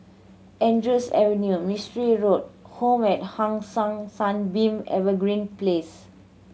Andrews Avenue Mistri Road Home at Hong San Sunbeam Evergreen Place